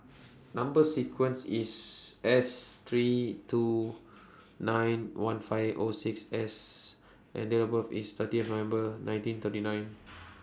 Number sequence IS S three two nine one five O six S and Date of birth IS thirtieth November nineteen thirty nine